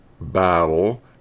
battle